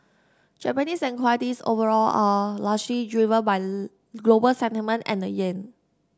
Japanese equities overall are largely driven by global sentiment and the yen